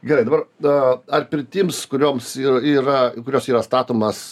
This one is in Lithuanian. gerai dabar a ar pirtims kurioms ir yra kurios yra statomas